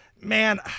Man